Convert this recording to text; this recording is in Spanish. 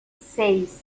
seis